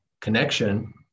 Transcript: connection